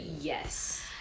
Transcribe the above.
Yes